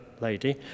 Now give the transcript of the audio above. lady